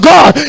God